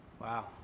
Wow